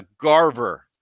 Garver